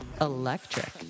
Electric